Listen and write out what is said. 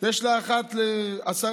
על כל